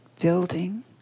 building